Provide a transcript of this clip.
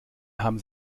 haben